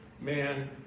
man